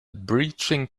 breaching